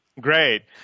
Great